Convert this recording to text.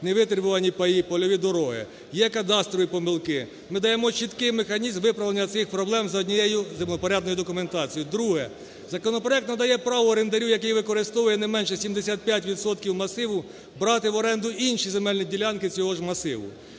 не витребувані паї, польові дороги, є кадастрові помилки. Ми даємо чіткий механізм виправлення цих проблем за однією землевпорядною документацією. Друге. Законопроект надає право орендарю, який використовує не менше 75 відсотків масиву брати в оренду інші земельні ділянки цього ж масиву